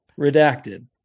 redacted